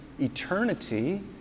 eternity